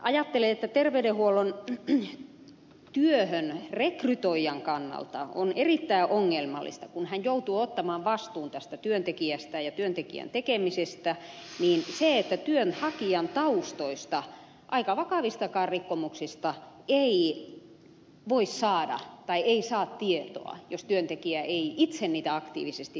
ajattelen että terveydenhuollon työssähän rekrytoijan kannalta on erittäin ongelmallista se kun hän joutuu ottamaan vastuun tästä työntekijästään ja työntekijän tekemisistä että työnhakijan taustoista aika vakavistakaan rikkomuksista ei saa tietoa jos työntekijä ei itse niitä aktiivisesti tuo esiin